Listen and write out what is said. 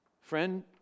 Friend